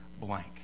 blank